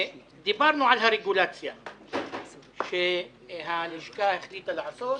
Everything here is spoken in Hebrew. דיברנו על הרגולציה שהלשכה החליטה לעשות,